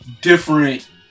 Different